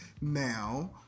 now